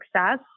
success